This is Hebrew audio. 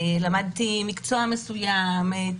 למדתי מקצוע מסוים,